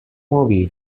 movie